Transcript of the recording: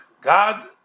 God